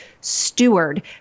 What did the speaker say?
steward